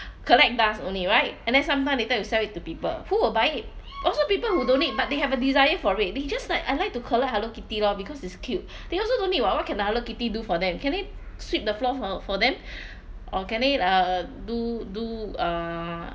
collect dust only right and then sometime later you sell it to people who will buy it also people who don't need but they have a desire for it they just like I like to collect hello kitty lor because it's cute they also don't need what can hello kitty do for them can they sweep the floor for for them or can they uh do do uh